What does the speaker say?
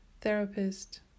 therapist